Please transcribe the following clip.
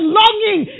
longing